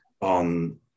on